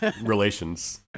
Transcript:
relations